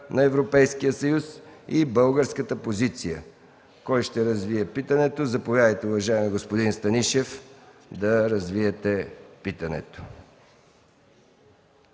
на Европейския съюз и българската позиция. Кой ще развие питането? Заповядайте, уважаеми господин Станишев. СЕРГЕЙ СТАНИШЕВ